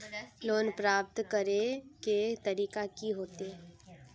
Loan प्राप्त करे के तरीका की होते?